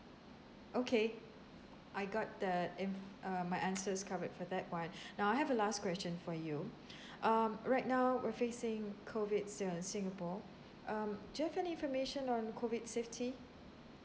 okay I got the inf~ err my answer is covered for that one now I have a last question for you um right now we are facing COVID in singapore um do you have any information on COVID safety